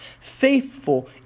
faithful